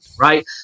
right